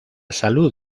salud